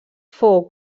fou